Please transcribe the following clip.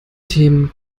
themen